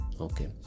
Okay